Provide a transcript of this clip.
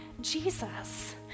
Jesus